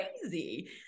crazy